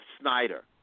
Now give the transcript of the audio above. Snyder